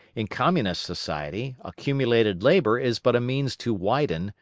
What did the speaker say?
in communist society, accumulated labour is but a means to widen,